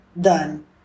done